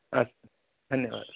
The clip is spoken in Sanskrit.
अस्तु धन्यवादः